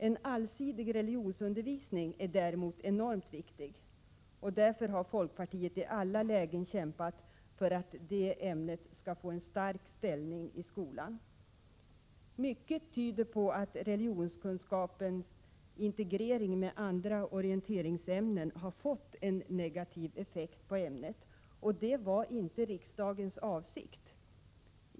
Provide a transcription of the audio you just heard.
En allsidig religionsundervisning är däremot enormt viktig. Därför har folkpartiet i alla lägen kämpat för att det ämnet skall få en stark ställning i skolan. Mycket tyder på att religionskunskapens integrering med andra orienteringsämnen har fått en negativ effekt på ämnet. Detta var inte riksdagens avsikt.